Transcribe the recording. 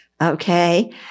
Okay